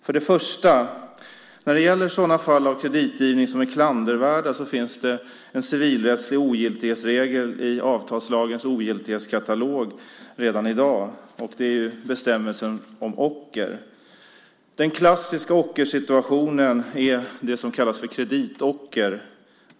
När det första gäller sådana fall av kreditgivning som är klandervärda finns det en civilrättslig ogiltighetsregel i avtalslagens ogiltighetskatalog redan i dag. Det är bestämmelsen om ocker. Den klassiska ockersituationen är den som kallas kreditocker.